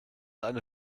eine